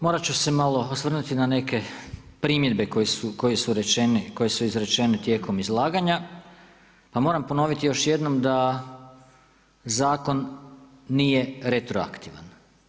Morat ću se malo osvrnuti na neke primjedbe koje su rečene, koje su izrečene tijekom izlaganja pa moram ponoviti još jednom da zakon nije retroaktivan.